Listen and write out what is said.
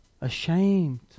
ashamed